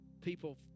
people